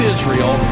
Israel